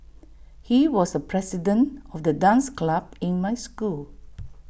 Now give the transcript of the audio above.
he was the president of the dance club in my school